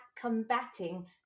combating